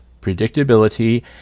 predictability